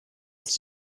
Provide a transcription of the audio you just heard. ist